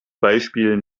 beispiel